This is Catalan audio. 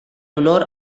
honor